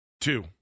Two